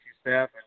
staff